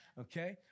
okay